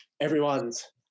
everyone's